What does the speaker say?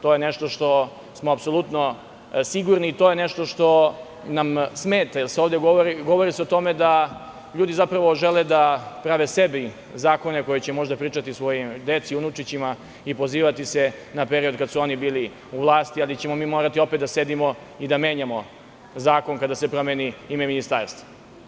To je nešto za šta smo apsolutno sigurni i to je nešto što nam smeta, jer se ovde govori o tome da ljudi žele da prave sebi zakone koje će pričati svojoj deci i unucima i pozivati se na period kada su oni bili u vlasti, ali ćemo mi morati opet da sedimo i da menjamo zakon kada se promeni ime ministarstva.